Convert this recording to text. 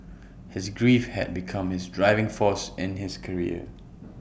his grief had become his driving force in his career